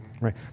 right